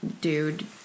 dude